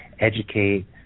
educate